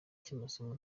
cy’amasomo